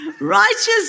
Righteous